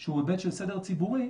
שהוא היבט של סדר ציבורי,